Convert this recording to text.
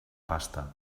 pasta